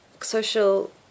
Social